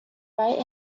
right